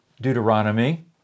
Deuteronomy